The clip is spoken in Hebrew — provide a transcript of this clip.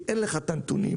אי אין לך את הנתונים.